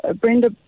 Brenda